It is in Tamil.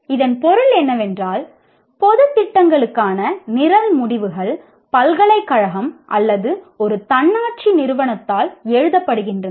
இதன் பொருள் என்னவென்றால் பொதுத் திட்டங்களுக்கான நிரல் முடிவுகள் பல்கலைக்கழகம் அல்லது ஒரு தன்னாட்சி நிறுவனத்தால் எழுதப்படுகின்றன